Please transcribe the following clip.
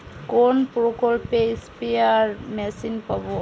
কোন প্রকল্পে spare machine পাব?